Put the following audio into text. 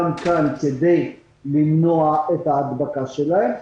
וגם כאן כדי למנוע את ההדבקה שלהם.